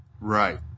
Right